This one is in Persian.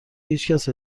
هیچکس